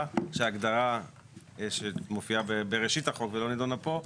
שההגדרה שמופיעה בראשית החוק ולא נדונה פה,